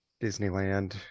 Disneyland